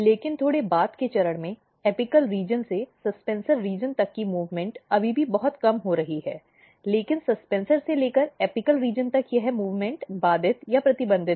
लेकिन थोड़े बाद के चरण में एपिक क्षेत्र से सस्पेन्सर क्षेत्र तक की मूव़्मॅन्ट अभी भी बहुत कम हो रही है लेकिन सस्पेंसर से लेकर एपिकल क्षेत्र तक यह मूव़्मॅन्ट बाधित या प्रतिबंधित है